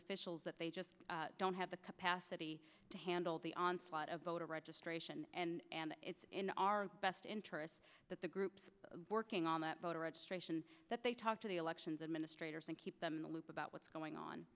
officials that they just don't have the capacity to handle the onslaught of voter registration and it's in our best interests that the groups working on that voter registration that they talk to the elections administrators and keep them in the loop about what's going on